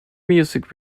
music